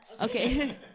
okay